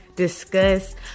discuss